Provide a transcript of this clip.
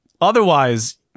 Otherwise